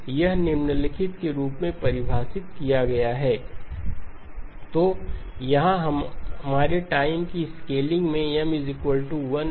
यह निम्नलिखित के रूप में परिभाषित किया गया है y2 nxn3 n0 ±3±6 0 अन्यथा तो यहाँ हमारेटाइम की स्केलिंग में M 1 L 3 है